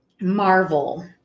marvel